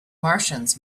martians